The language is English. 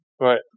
right